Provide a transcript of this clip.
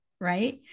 Right